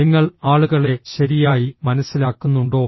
നിങ്ങൾ ആളുകളെ ശരിയായി മനസ്സിലാക്കുന്നുണ്ടോ